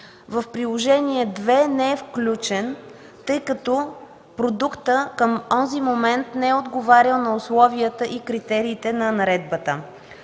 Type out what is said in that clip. В Приложение № 2 не е включен, тъй като продуктът към онзи момент не е отговарял на условията и критериите на наредбата.